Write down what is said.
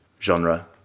genre